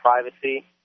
privacy